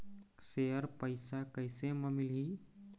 Share पैसा कैसे म मिलही?